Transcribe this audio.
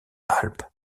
alpes